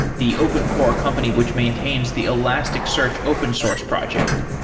the open core company which maintains the elasticsearch open source project.